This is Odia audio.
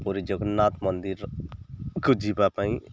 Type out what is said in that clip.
ପୁରୀ ଜଗନ୍ନାଥ ମନ୍ଦିରକୁ ଯିବା ପାଇଁ